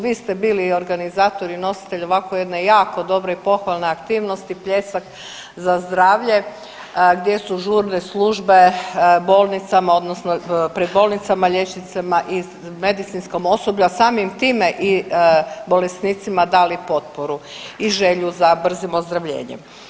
Vi ste bili i organizator i nositelj ovako jedne jako dobre i pohvalne aktivnosti “pljesak za zdravlje“ gdje su žurne službe bolnicama odnosno pred bolnicama liječnicima i medicinskom osoblju, a samim time i bolesnicima dali potporu i želju za brzim ozdravljenjem.